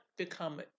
become